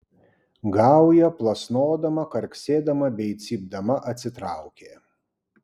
gauja plasnodama karksėdama bei cypdama atsitraukė